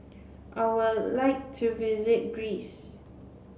I would like to visit Greece